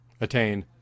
attain